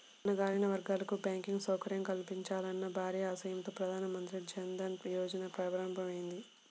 అణగారిన వర్గాలకు బ్యాంకింగ్ సౌకర్యం కల్పించాలన్న భారీ ఆశయంతో ప్రధాన మంత్రి జన్ ధన్ యోజన ప్రారంభమైంది